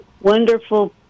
wonderful